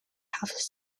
have